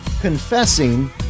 Confessing